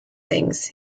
things